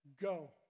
Go